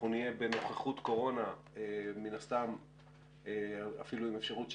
בנוכחות קורונה, מן הסתם אפילו עם אפשרות שתתגבר,